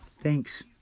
Thanks